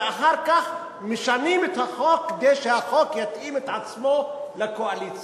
ואחר כך משנים את החוק כדי שהחוק יתאים את עצמו לקואליציה,